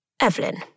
Evelyn